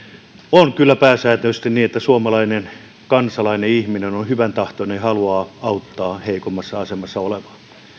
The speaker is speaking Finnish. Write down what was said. on kyllä pääsääntöisesti niin että suomalainen kansalainen ihminen on hyväntahtoinen ja haluaa auttaa heikommassa asemassa olevaa